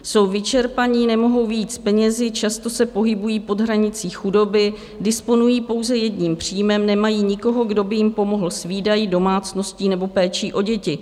Jsou vyčerpaní, nemohou vyjít s penězi, často se pohybují pod hranicí chudoby, disponují pouze jedním příjmem, nemají nikoho, kdo by jim pomohl s výdaji, domácností nebo péčí o děti.